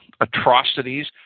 atrocities